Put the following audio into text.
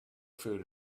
food